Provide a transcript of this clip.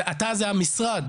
אתה זה המשרד,